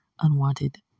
unwanted